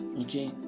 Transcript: okay